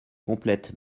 complètes